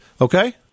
okay